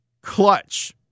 clutch